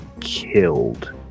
killed